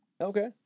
Okay